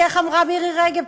כי איך אמרה מירי רגב?